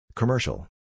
Commercial